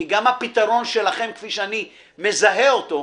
כי גם הפתרון שלכם כפי שאני מזהה אותו,